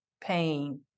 pain